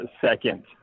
second